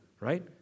Right